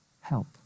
help